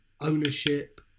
ownership